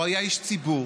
הוא היה איש ציבור,